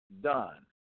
done